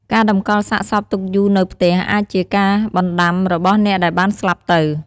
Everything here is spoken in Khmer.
ការតម្កល់សាកសពទុកយូរនៅផ្ទះអាចជាការបណ្តាំរបស់អ្នកដែលបានស្លាប់ទៅ។